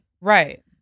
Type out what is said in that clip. Right